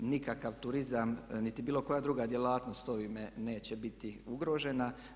Nikakav turizam niti bilo koja druga djelatnost ovime neće biti ugrožena.